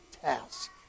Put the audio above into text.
task